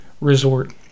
resort